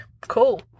Cool